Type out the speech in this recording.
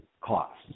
costs